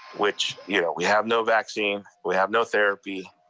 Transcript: which yeah we have no vaccine, we have no therapy.